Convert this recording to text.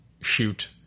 shoot